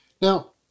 Now